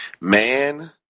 man